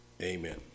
Amen